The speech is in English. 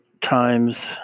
times